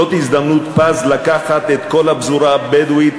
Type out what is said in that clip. זאת הזדמנות פז לקחת את כל הפזורה הבדואית